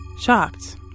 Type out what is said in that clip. Shocked